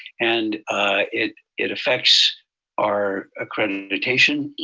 and it it affects our accreditation.